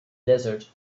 desert